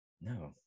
no